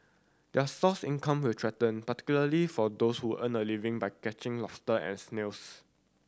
their source income were threatened particularly for those who earn a living by catching lobster and snails